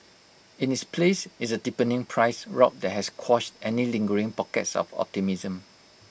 in its place is A deepening price rout that has quashed any lingering pockets of optimism